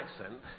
accent